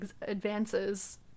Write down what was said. advances